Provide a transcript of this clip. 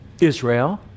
Israel